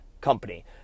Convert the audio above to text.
company